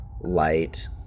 light